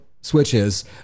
switches